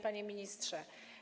Panie Ministrze!